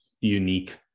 unique